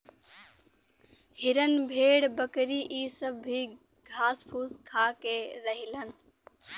हिरन भेड़ बकरी इ सब भी घास फूस खा के ही रहलन